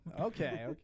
Okay